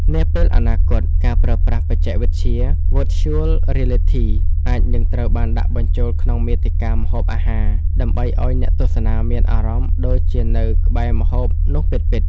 នាពេលអនាគត ការប្រើប្រាស់បច្ចេកវិទ្យា Virtual Reality អាចនឹងត្រូវបានដាក់បញ្ចូលក្នុងមាតិកាម្ហូបអាហារ ដើម្បីឱ្យអ្នកទស្សនាមានអារម្មណ៍ដូចជានៅក្បែរម្ហូបនោះពិតៗ។